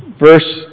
Verse